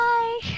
Bye